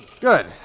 Good